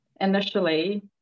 initially